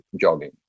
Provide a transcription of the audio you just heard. jogging